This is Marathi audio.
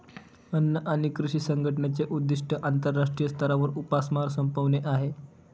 अन्न आणि कृषी संघटनेचे उद्दिष्ट आंतरराष्ट्रीय स्तरावर उपासमार संपवणे आहे